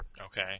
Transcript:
Okay